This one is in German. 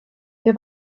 wir